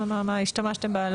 השתמשתם בה?